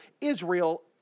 Israel